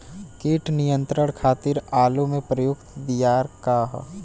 कीट नियंत्रण खातिर आलू में प्रयुक्त दियार का ह?